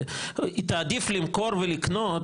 היא תעדיף למכור ולקנות